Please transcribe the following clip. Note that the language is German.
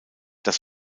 das